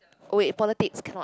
oh wait politics cannot